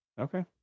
Okay